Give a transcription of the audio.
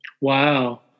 Wow